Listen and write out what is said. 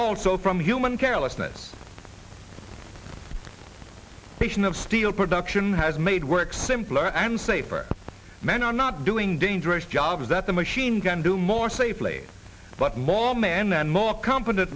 also from human carelessness nation of steel production has made work simpler and safer men are not doing dangerous jobs that the machine gun do more safely but more man and more co